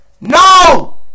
No